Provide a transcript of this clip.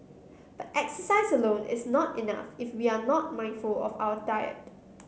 but exercise alone is not enough if we are not mindful of our diet